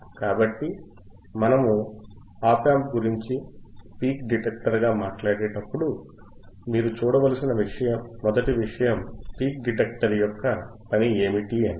కాబట్టి మనము op amp గురించి పీక్ డిటెక్టర్గా మాట్లాడేటప్పుడు మీరు చూడవలసిన మొదటి విషయం పీక్ డిటెక్టర్ యొక్క పని ఏమిటి అని